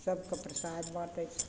सबके प्रसाद बाँटय छथिन